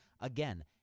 Again